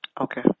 Okay